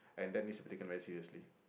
and that means taken very seriously